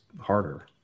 harder